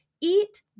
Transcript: eat